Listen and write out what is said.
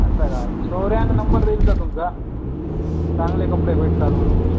असं का एक सोयऱ्यानं नंबर दिला होता तुमचा चांगले कपडे भेटतात म्हणून